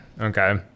Okay